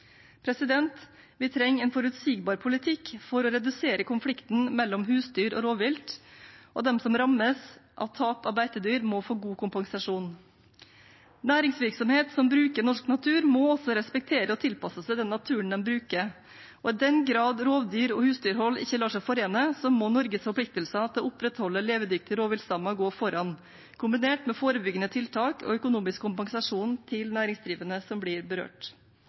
Vi trenger en forutsigbar politikk for å redusere konflikten mellom husdyr og rovvilt, og de som rammes av tap av beitedyr, må få god kompensasjon. Næringsvirksomhet som bruker norsk natur, må også respektere og tilpasse seg den naturen de bruker. I den grad rovdyr og husdyrhold ikke lar seg forene, må Norges forpliktelser til å opprettholde levedyktige rovviltstammer gå foran, kombinert med forebyggende tiltak og økonomisk kompensasjon til næringsdrivende som blir berørt.